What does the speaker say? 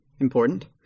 Important